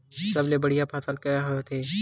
सबले बढ़िया फसल का होथे?